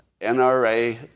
NRA